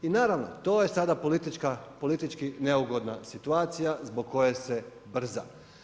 I naravno, to je sada politički neugodna situacija zbog koje se brza.